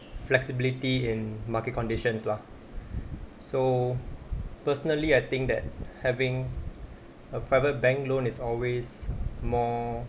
flexibility in market conditions lah so personally I think that having a private bank loan is always more